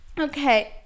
Okay